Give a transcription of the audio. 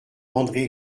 andré